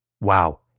Wow